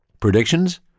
Predictions